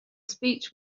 speech